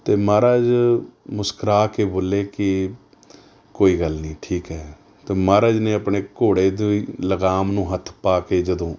ਅਤੇ ਮਹਾਰਾਜ ਮੁਸਕਰਾ ਕੇ ਬੋਲੇ ਕਿ ਕੋਈ ਗੱਲ ਨਹੀਂ ਠੀਕ ਹੈ ਅਤੇ ਮਹਾਰਾਜ ਨੇ ਆਪਣੇ ਘੋੜੇ ਦੀ ਲਗਾਮ ਨੂੰ ਹੱਥ ਪਾ ਕੇ ਜਦੋਂ